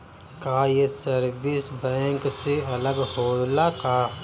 का ये service bank से अलग होला का?